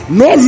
no